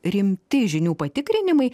rimti žinių patikrinimai